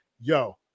yo